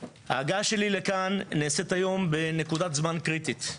ההגעה שלי לכאן נעשית היום בנקודת זמן קריטית.